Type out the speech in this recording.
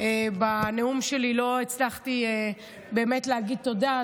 בנאום שלי לא הצלחתי להגיד תודה,